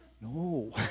No